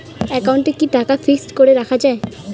একাউন্টে কি টাকা ফিক্সড করে রাখা যায়?